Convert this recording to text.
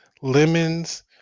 lemons